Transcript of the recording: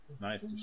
Nice